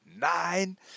Nein